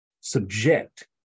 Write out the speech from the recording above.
subject